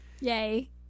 Yay